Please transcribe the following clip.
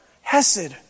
Hesed